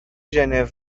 ژنو